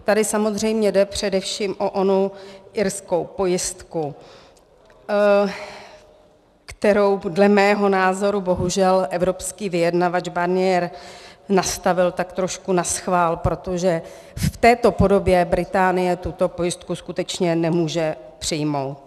Tady samozřejmě jde především o onu irskou pojistku, kterou dle mého názoru bohužel evropský vyjednavač Barnier nastavil tak trošku naschvál, protože v této podobě Británie tuto pojistku skutečně nemůže přijmout.